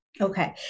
Okay